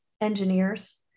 engineers